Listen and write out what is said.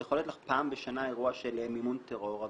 יכול להיות לך פעם בשנה אירוע של מימון טרור,